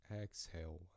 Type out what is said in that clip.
exhale